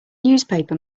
newspaper